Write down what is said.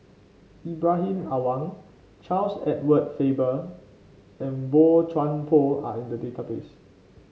Ibrahim Awang Charles Edward Faber and Boey Chuan Poh are in the database